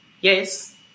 Yes